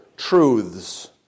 truths